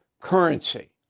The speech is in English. currency